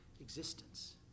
existence